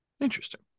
Interesting